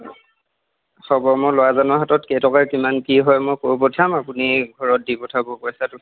হ'ব মই ল'ৰাজনৰ হাতত কেইটকা কিমান কি হয় মই কৈ পঠিয়াম আপুনি ঘৰত দি পঠাব পইচাটো